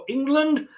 England